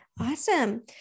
Awesome